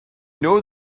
know